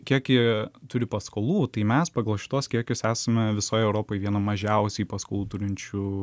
kiek jie turi paskolų tai mes pagal šituos kiekius esame visoj europoj vieno mažiausiai paskolų turinčių